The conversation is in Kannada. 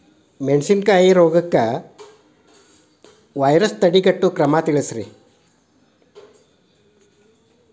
ಮೆಣಸಿನಕಾಯಿ ಬೆಳೆಗೆ ವೈರಸ್ ತಡೆಗಟ್ಟುವ ಕ್ರಮ ತಿಳಸ್ರಿ